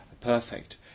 perfect